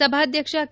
ಸಭಾಧ್ಯಕ್ಷ ಕೆ